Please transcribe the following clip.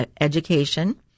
education